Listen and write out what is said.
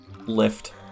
lift